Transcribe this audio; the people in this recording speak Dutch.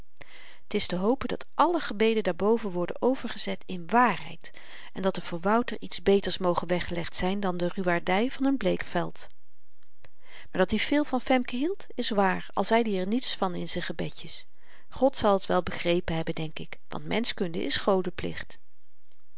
t is te hopen dat alle gebeden daarboven worden overgezet in waarheid en dat er voor wouter iets beters moge weggelegd zyn dan de ruwaardy van n bleekveld maar dat-i veel van femke hield is waar al zeid i er niets van in z'n gebedjes god zal t wel begrepen hebben denk ik want menschkunde is